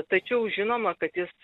tačiau žinoma kad jis